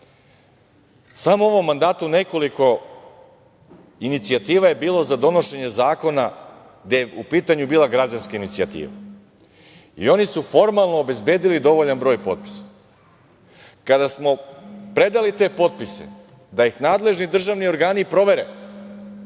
Samo u ovom mandatu nekoliko inicijativa je bilo za donošenje zakona gde je u pitanju bila građanska inicijativa. I oni su formalno obezbedili dovoljan broj potpisa. Kada smo predali te potpise da ih nadležni državni organi provere,